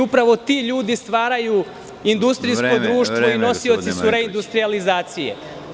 Upravo ti ljudi stvaraju industrijsko društvo i nosioci su reindustrijalizaicije.